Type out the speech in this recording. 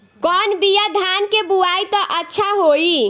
कौन बिया धान के बोआई त अच्छा होई?